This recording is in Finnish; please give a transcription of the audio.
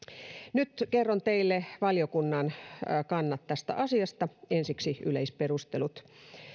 nyt kerron teille valiokunnan kannat tästä asiasta ensiksi yleisperustelut